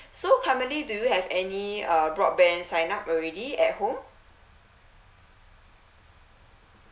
so currently do you have any uh broadband sign up already at home